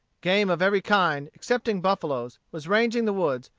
game of every kind, excepting buffaloes, was ranging the woods,